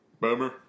Boomer